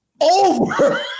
over